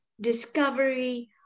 discovery